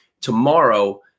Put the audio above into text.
tomorrow